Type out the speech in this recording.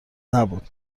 نبود